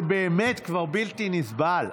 זה באמת כבר בלתי נסבל.